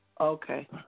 Okay